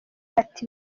ati